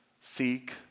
seek